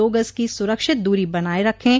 दो गज की सुरक्षित दूरी बनाये रखें